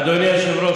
אדוני היושב-ראש,